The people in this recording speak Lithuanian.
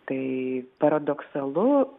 tai paradoksalu